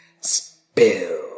spill